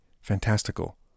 fantastical